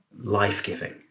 life-giving